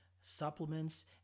supplements